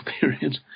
period